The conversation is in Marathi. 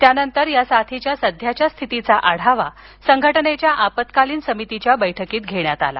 त्यानंतर या साथीच्या सध्याच्या स्थितीचा आढावा संघटनेच्या आपत्कालीन समितीच्या बैठकीत घेण्यात आला